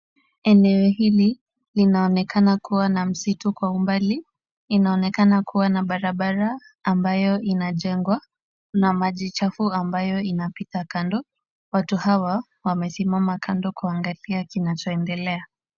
Eneo hili linaonekana kuwa na msitu kwa umbali. Inaonekana kuwa na barabara ambayo inajengwa na maji chafu ambayo inapita kando. Watu hawa wamesimama kando kuangalia kinachoendelea.